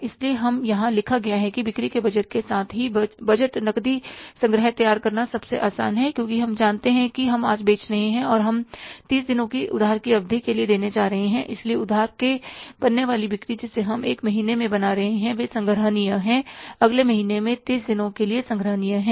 इसलिए यह यहाँ लिखा गया है बिक्री के बजट के साथ ही बजट नकदी संग्रह तैयार करना सबसे आसान है क्योंकि हम जानते हैं कि हम आज बेच रहे हैं और हम 30 दिनों की उधार की अवधि देने जा रहे हैं इसलिए उधार के पन्ने बाली बिक्री जिसे हम 1 महीने में बना रहे हैं वे संग्रहणीय हैं अगले महीने में 30 दिनों के बाद संग्रहणीय हैं